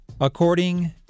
According